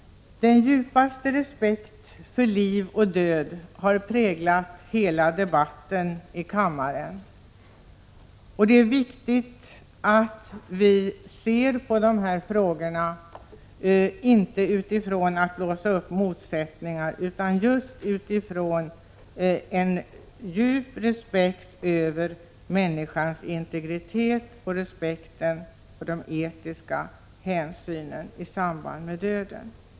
Den djupaste respekt för liv och död har präglat hela debatten i kammaren i dag. Det är viktigt att vi ser på dessa frågor, inte utifrån motsättningar som kan blossa upp, utan just med en djup respekt för människans integritet och de etiska hänsynen i samband med döden.